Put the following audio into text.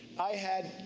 i had,